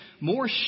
more